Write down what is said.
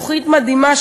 תוכנית מדהימה,